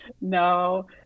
No